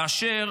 כאשר